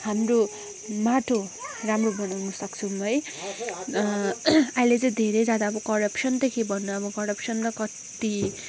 हाम्रो माटो राम्रो बनाउनु सक्छौँ है अहिले चाहिँ धेरै जना अब करपसन त के भन्नु अब करपसन त कति